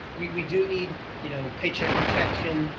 we do need you know paycheck protection.